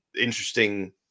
interesting